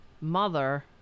mother